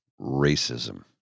racism